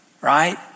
Right